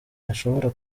yashobora